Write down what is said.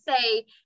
say